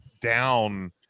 down